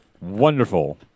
Wonderful